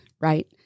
Right